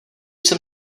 jsem